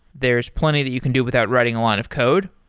there's plenty that you can do without writing a lot of code,